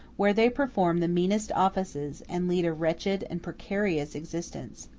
where they perform the meanest offices, and lead a wretched and precarious existence.